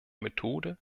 methode